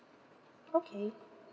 okay